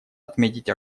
отметить